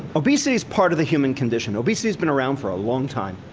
obesity is part of the human condition. obesity has been around for a long time,